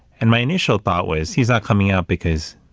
and my initial thought was, he's not coming out because